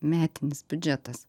metinis biudžetas